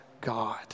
God